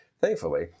Thankfully